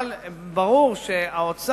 אבל ברור שהאוצר,